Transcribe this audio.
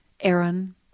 Aaron